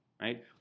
right